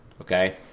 Okay